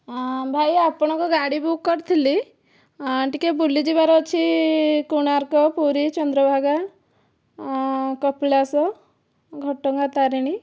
ହଁ ଭାଇ ଆପଣଙ୍କ ଗାଡି ବୁକ୍ କରିଥିଲି ଟିକିଏ ବୁଲିଯିବାର ଅଛି କୋଣାର୍କ ପୁରୀ ଚନ୍ଦ୍ରଭାଗା କପିଳାଶ ଘଟଗାଁ ତାରିଣୀ